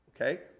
Okay